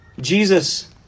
Jesus